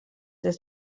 des